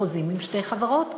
בחוזים עם שתי חברות,